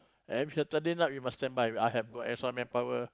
every Saturday night we must standby I've got extra manpower